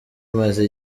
imaze